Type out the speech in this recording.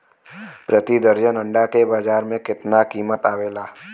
प्रति दर्जन अंडा के बाजार मे कितना कीमत आवेला?